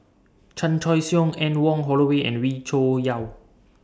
Chan Choy Siong Anne Wong Holloway and Wee Cho Yaw